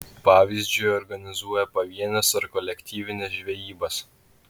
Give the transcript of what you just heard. pavyzdžiui organizuoja pavienes ar kolektyvines žvejybas